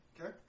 Okay